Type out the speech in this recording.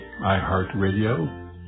iHeartRadio